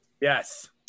Yes